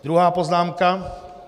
Druhá poznámka.